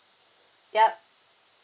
yup